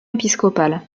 épiscopal